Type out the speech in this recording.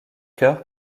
cœur